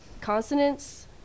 consonants